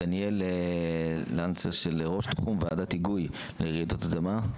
דניאל לנצה, ראש תחום ועדת היגוי לרעידות אדמה.